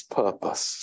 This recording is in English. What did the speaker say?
purpose